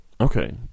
Okay